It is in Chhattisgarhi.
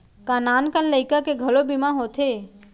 का नान कन लइका के घलो बीमा होथे?